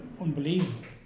unbelievable